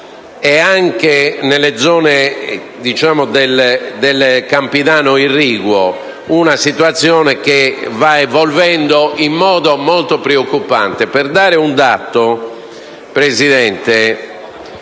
e anche nelle zone del Campidano irriguo. È una situazione che va evolvendo in modo molto preoccupante. Per fornire solo un dato, Presidente,